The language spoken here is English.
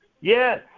Yes